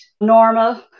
normal